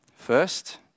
First